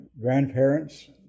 grandparents